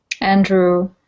Andrew